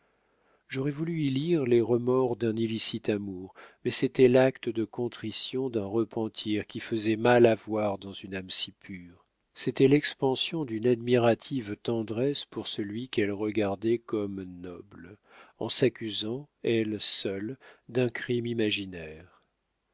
j'aurais voulu y lire les remords d'un illicite amour mais c'était l'acte de contrition d'un repentir qui faisait mal à voir dans une âme si pure c'était l'expression d'une admirative tendresse pour celui qu'elle regardait comme noble en s'accusant elle seule d'un crime imaginaire